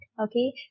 okay